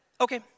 Okay